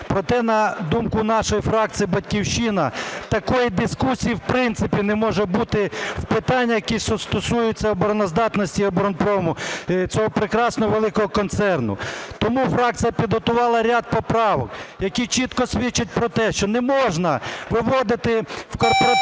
Проте, на думку нашої фракції "Батьківщина" такої дискусії в принципі не може бути в питанні, які стосуються обороноздатності в оборонпрому, цього прекрасного, великого концерну. Тому фракція підготувала ряд поправок, які чітко свідчать про те, що не можна виводити в корпоративне